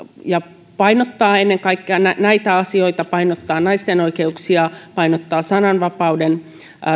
ja painottaa ennen kaikkea näitä asioita painottaa naisten oikeuksia painottaa sananvapauden